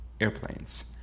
airplanes